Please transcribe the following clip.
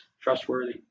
trustworthy